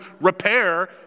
repair